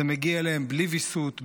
זה מגיע אליהם בלי ויסות,